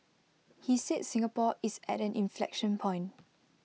he said Singapore is at an inflection point